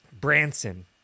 Branson